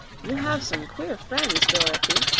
you have some queer friends, dorothy,